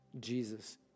Jesus